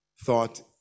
thought